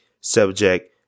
subject